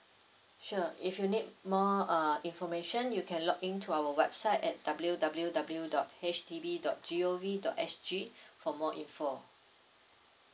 sure if you need more uh information you can log in to our website at W W W dot H D B dot G O V dot S G for more info